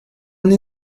una